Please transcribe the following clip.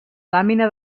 làmina